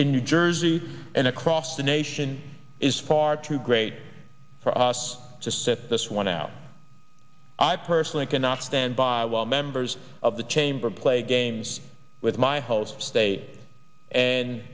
in new jersey and across the nation is far too great for us to sit this one out i personally cannot stand by while members of the chamber play games with my hosts day and